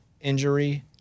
injury